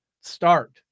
start